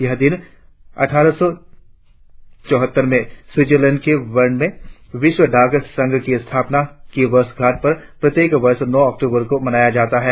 यह दिन अटठारह सौ चौहत्तर में स्विटजरलैंड के बर्न में वैश्विक डाक संघ की स्थापना की वर्षगांठ पर प्रत्येक वर्ष नौ अक्टूबर को मनाया जाता है